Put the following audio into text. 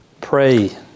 pray